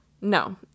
No